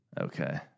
Okay